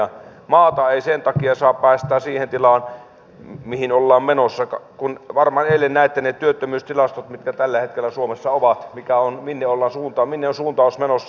maata ei sen takia saa päästää siihen tilaan mihin ollaan menossa kun varmaan eilen näitte ne työttömyystilastot mitkä tällä hetkellä suomessa ovat minne on suuntaus menossa